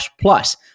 plus